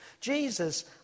Jesus